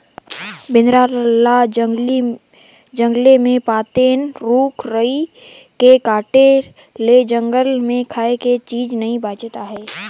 बेंदरा ल जंगले मे पातेन, रूख राई के काटे ले जंगल मे खाए के चीज नइ बाचत आहे